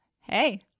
Hey